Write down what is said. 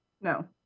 No